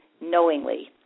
knowingly